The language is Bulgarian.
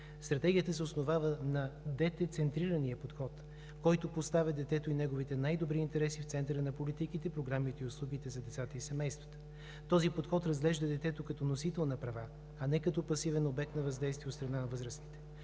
Стратегията се основава на дете-центрирания подход, който поставя детето и неговите най-добри интереси в центъра на политиките, програмите и услугите за децата и семействата. Този подход разглежда детето като носител на права, а не като пасивен обект на въздействие от страна на възрастните.